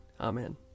Amen